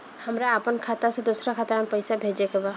हमरा आपन खाता से दोसरा खाता में पइसा भेजे के बा